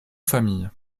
famille